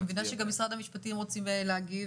אני מבינה שגם נציגת משרד המשפטים רוצה להגיב.